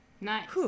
Nice